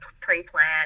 pre-plan